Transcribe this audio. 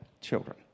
children